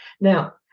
Now